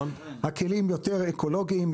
הכלים באמת יותר אקולוגיים,